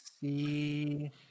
see